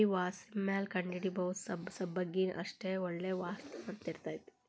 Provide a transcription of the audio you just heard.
ಬರಿ ವಾಸ್ಣಿಮ್ಯಾಲ ಕಂಡಹಿಡಿಬಹುದ ಸಬ್ಬಸಗಿನಾ ಅಷ್ಟ ಒಳ್ಳೆ ವಾಸ್ಣಿ ಹೊಂದಿರ್ತೈತಿ